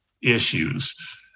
issues